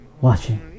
watching